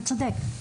אתה צודק,